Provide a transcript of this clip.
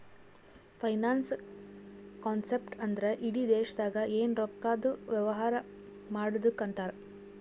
finance concept ಅಂದ್ರ ಇಡಿ ದೇಶ್ದಾಗ್ ಎನ್ ರೊಕ್ಕಾದು ವ್ಯವಾರ ಮಾಡದ್ದುಕ್ ಅಂತಾರ್